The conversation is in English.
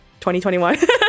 2021